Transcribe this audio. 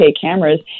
cameras